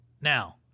Now